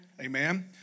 Amen